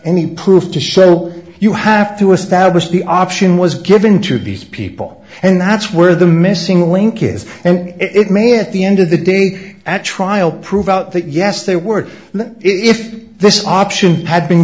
any proof to show you have to establish the option was given to these people and that's where the missing link is and it may at the end of the dig at trial prove out that yes they were if this option had been